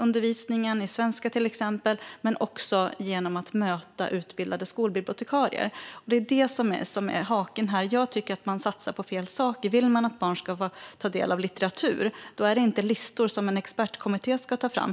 undervisningen i svenska men också genom att möta utbildade skolbibliotekarier. Det är detta som är haken här. Jag tycker att man satsar på fel saker. Vill man att barn ska ta del av litteratur handlar det inte om listor som en expertkommitté ska ta fram.